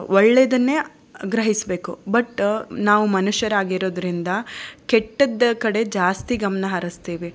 ಒಳ್ಳೆದನ್ನೇ ಗ್ರಹಿಸಬೇಕು ಬಟ್ ನಾವು ಮನುಷ್ಯರಾಗಿರೋದರಿಂದ ಕೆಟ್ಟದ್ದು ಕಡೆ ಜಾಸ್ತಿ ಗಮನ ಹರಿಸ್ತೀವಿ